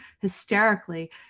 hysterically